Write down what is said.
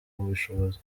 ubushobozi